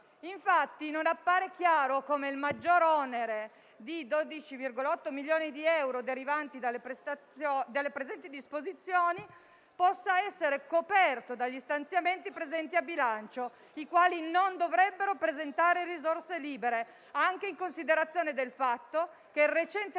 Infatti, non appare chiaro come il maggior onere di 12,8 milioni di euro derivanti dalle presenti disposizioni possa essere coperto dagli stanziamenti presenti a bilancio, i quali non dovrebbero presentare risorse libere, anche in considerazione del fatto che il recente